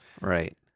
right